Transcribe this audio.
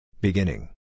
Beginning